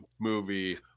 movie